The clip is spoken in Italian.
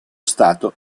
stato